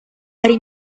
hari